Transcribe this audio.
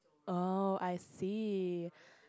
oh I see